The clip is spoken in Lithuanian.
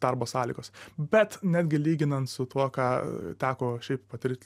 darbo sąlygos bet netgi lyginant su tuo ką teko šiaip patirt